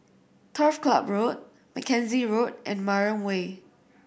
Turf Ciub Road Mackenzie Road and Mariam Way